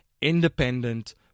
independent